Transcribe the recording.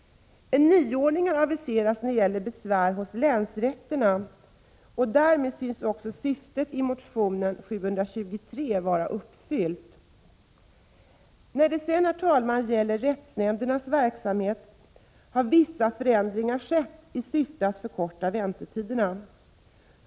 En nyordning har aviserats när det gäller besvär hos länsrätterna, och därmed synes också syftet i motionen Sk723 vara uppfyllt. När det gäller rättsnämndens verksamhet har vissa förändringar skett i syfte att förkorta väntetiderna.